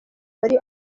muri